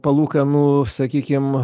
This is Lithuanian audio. palūkanų sakykim